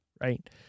Right